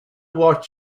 what